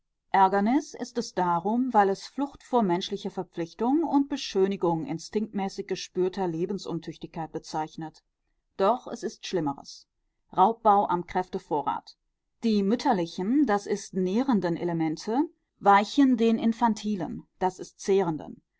ärgernis ist es darum weil es flucht vor menschlicher verpflichtung und beschönigung instinktmäßig gespürter lebensuntüchtigkeit bezeichnet doch es ist schlimmeres raubbau am kräftevorrat die mütterlichen das ist nährenden elemente weichen den infantilen das ist zehrenden